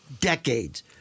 decades